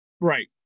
Right